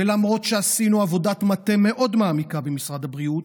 ולמרות שעשינו עבודת מטה מאוד מעמיקה במשרד הבריאות,